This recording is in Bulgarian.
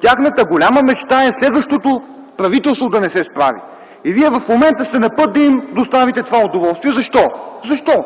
Тяхната голяма мечта обаче е следващото правителство да не се справи и в момента вие сте на път да им доставите това удоволствие. Защо, защо?!